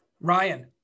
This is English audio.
Ryan